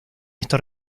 está